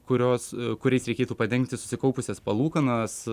kurios kuriais reikėtų padengti susikaupusias palūkanas